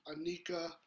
Anika